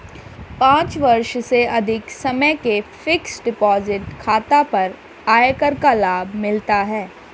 पाँच वर्ष से अधिक समय के फ़िक्स्ड डिपॉज़िट खाता पर आयकर का लाभ मिलता है